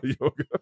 yoga